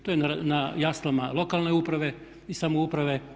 To je na jaslama lokalne uprave i samouprave.